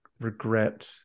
regret